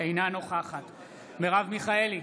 אינה נוכחת מרב מיכאלי,